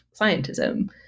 scientism